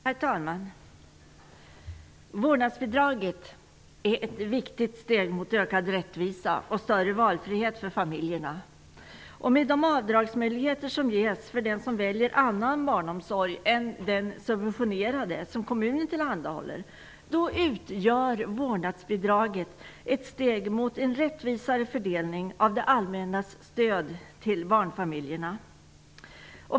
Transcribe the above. Herr talman! Vårdnadsbidraget är ett viktigt steg mot ökad rättvisa och större valfrihet för familjerna. Med de avdragsmöjligheter som ges för den som väljer annan barnomsorg än den subventionerade, som kommunen tillhandahåller, utgör vårdnadsbidraget ett steg mot en rättvisare fördelning av det allmännas stöd till barnfamiljerna.